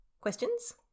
Questions